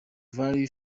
value